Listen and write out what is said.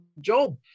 Job